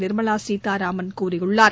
நிர்மலா சீத்தாராமன் கூறியுள்ளார்